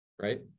right